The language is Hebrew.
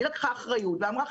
היא לקחה אחריות ואמרה,